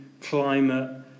climate